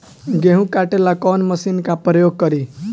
गेहूं काटे ला कवन मशीन का प्रयोग करी?